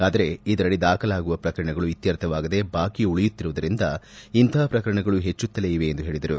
ಆದರೆ ಇದರಡಿ ದಾಖಲಾಗುವ ಪ್ರಕರಣಗಳು ಇತ್ತರ್ಥವಾಗದೆ ಬಾಕಿ ಉಳಿಯುತ್ತಿರುವುದರಿಂದ ಇಂತಹ ಪ್ರಕರಣಗಳು ಹೆಚ್ಚುತ್ತಲೇ ಇವೆ ಎಂದು ಹೇಳಿದರು